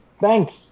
thanks